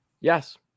yes